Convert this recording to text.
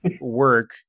work